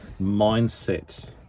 mindset